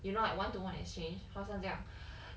you know like one to one exchange 好像这样